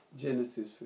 Genesis